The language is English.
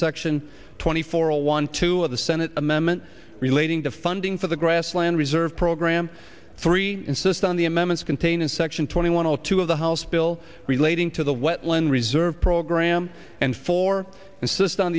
section twenty four hundred one two of the senate amendment relating to funding for the grassland reserve program three insist on the amendments contained in section twenty one of two of the house bill relating to the wetlands reserve program and for insist on